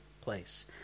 place